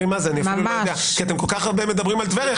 כי אתם כל כך הרבה מדברים על טבריה,